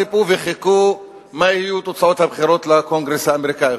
חיכו וציפו מה יהיו תוצאות הבחירות לקונגרס האמריקני,